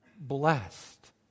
blessed